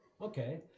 Okay